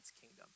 kingdom